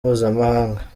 mpuzamahanga